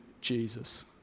Jesus